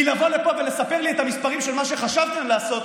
כי לבוא לפה ולספר לי את המספרים של מה שחשבתם לעשות,